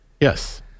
Yes